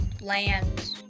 land